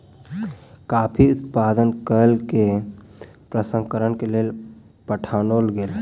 coffee उत्पादन कय के प्रसंस्करण के लेल पठाओल गेल